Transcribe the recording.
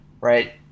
Right